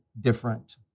different